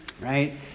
right